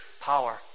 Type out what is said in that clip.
power